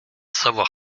savoir